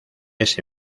ese